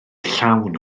llawn